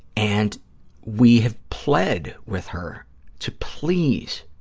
and we have pled with her to please